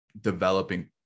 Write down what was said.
developing